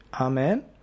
Amen